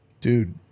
Dude